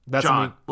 John